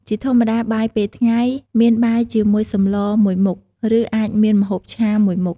ជាធម្មតាបាយពេលថ្ងៃ មានបាយជាមួយសម្លរមួយមុខ ឬ អាចមានម្ហូបឆាមួយមុខ។